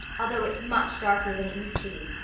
although it's much darker than it used to be.